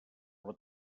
però